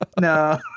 No